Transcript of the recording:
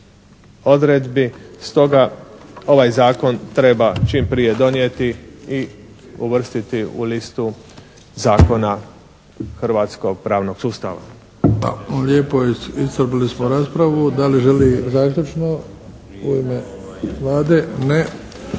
odredbi. Stoga ovaj Zakon treba čim prije donijeti i uvrstiti u listu zakona hrvatskog pravnog sustava. **Bebić, Luka (HDZ)** Hvala lijepo. Iscrpili smo raspravu. Da li želi zaključno u ime Vlade? Ne.